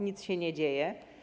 Nic się nie dzieje.